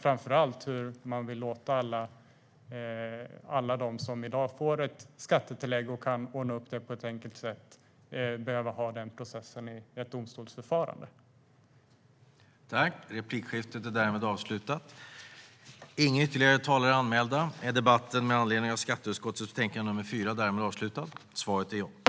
Framför allt förstår jag inte hur man vill låta alla som i dag får ett skattetillägg, och som kan ordna upp det på ett enkelt sätt, genomgå en domstolsprocess.